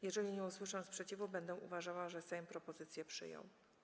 Jeżeli nie usłyszę sprzeciwu, będę uważała, że Sejm propozycję przyjął.